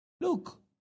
Look